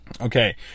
Okay